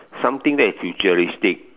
something that its futuristic